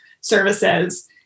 services